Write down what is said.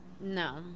No